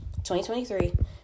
2023